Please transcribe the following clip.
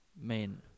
Men